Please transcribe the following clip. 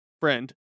friend